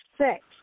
six